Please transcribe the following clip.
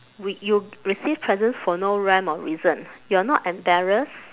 we you receive presents for no rhyme or reason you are not embarrassed